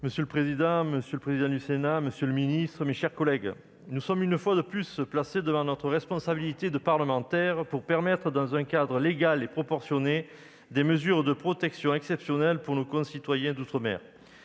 Monsieur le président, monsieur le président du Sénat, monsieur le ministre, mes chers collègues, nous sommes une fois de plus placés devant notre responsabilité de parlementaires afin de permettre, dans un cadre légal et proportionné, des mesures de protection exceptionnelles pour nos concitoyens d'outre-mer.